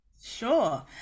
Sure